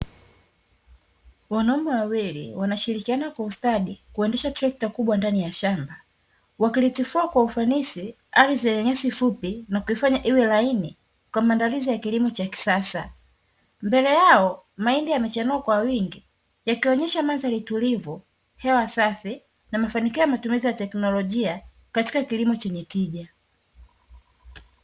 Wanaume wawili wanashirikiana kwa ustadi kuendesha trekta kubwa ndani ya shamba wakilitifua kwa ufanisi ardhi yenye nyasi fupi na kuifanya iwe laini kwa maandalizi ya kilimo cha kisasa. Mbele yao mahindi yamechanua kwa wingi yakionyesha mandhari tulivu, hewa safi na mafanikio ya matumizi ya teknolojia katika kilimo chenye tija.